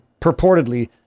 purportedly